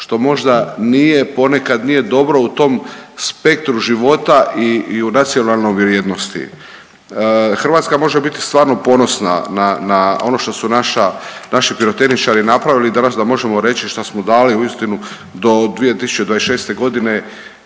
što možda nije ponekad nije dobro u tom spektru života i u nacionalnoj vrijednosti. Hrvatska može biti stvarno ponosna na ono što su naši pirotehničari napravili danas da možemo reći što smo dali uistinu do 2026. godine